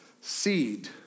seed